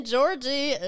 Georgie